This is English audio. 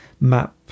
map